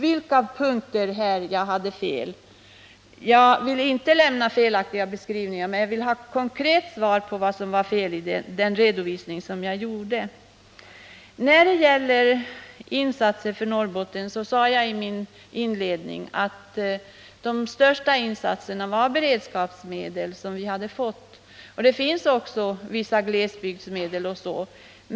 Jag vill inte lämna felaktiga beskrivningar, men jag vill ha ett konkret svar på frågan vad som var fel i den redovisning jag gjorde. I mitt inledningsanförande sade jag om insatserna i Norrbotten, att den stora anslagsposten är beredskapsmedel. Vi har också fått vissa glesbygdsmedel.